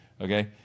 okay